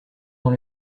dans